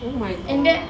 oh my god